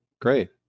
great